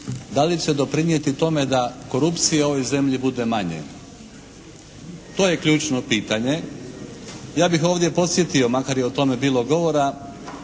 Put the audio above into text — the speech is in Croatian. da li će doprinijeti tome da korupcije u ovoj zemlji bude manje? To je ključno pitanje. Ja bih ovdje podsjetio, makar je o tome bilo govora